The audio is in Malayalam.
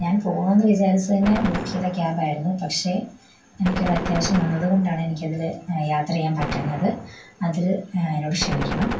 ഞാൻ പോണോന്ന് വിചാരിച്ച് തന്നെ ബുക്ക് ചെയ്ത ക്യബായിരുന്നു പക്ഷേ എനിക്കൊരു അത്യാവശ്യം വന്നതു കൊണ്ടാണ് എനിക്കതിൽ യാത്ര ചെയ്യാൻ പറ്റാഞ്ഞത് അതിൽ എന്നോട് ക്ഷമിക്കണം